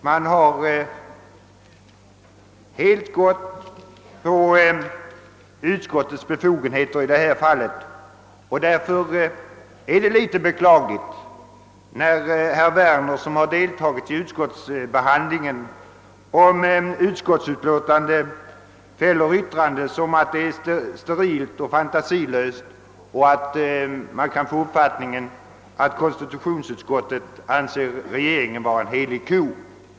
Man har helt hänfört sig till utskottets befogenheter i detta fall och därför är det litet beklagligt att herr Werner, som deltagit i utskottsbehandlingen, fäller det yttrandet om utlåtandet att det är sterilt och fantasilöst och kan synas ge uttryck för att konstitutionsutskottet anser regeringen vara en helig ko.